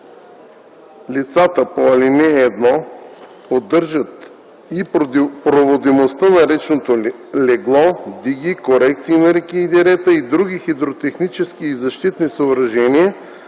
Лицата по ал. 1 поддържат и проводимостта на речното легло, диги, корекции на реки и дерета и други хидротехнически и защитни съоръжения